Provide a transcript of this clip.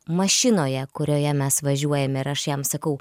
mašinoje kurioje mes važiuojam ir aš jam sakau